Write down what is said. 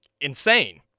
insane